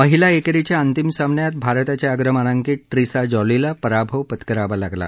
महिला एकेरीच्या अंतिम सामन्यात भारताच्या अग्रमानांकित ट्रीसा जॉलीला पराभव पत्कारावा लागला